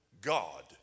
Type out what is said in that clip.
god